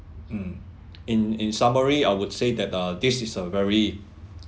mm in in summary I would say that uh this is a very